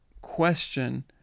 question